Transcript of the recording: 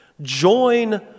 join